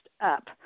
up